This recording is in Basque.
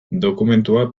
dokumentuak